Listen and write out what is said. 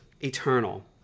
eternal